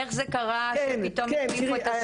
איך זה קרה שפתאום החליפו את השם?